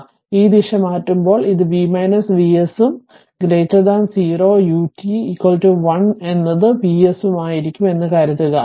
ഈ ദിശ മാറ്റുമ്പോൾ ഇത് V V S ഉം കോട്ടയും 0 ut 1 അത് V s ആയിരിക്കും എന്ന് കരുതുക അല്ലേ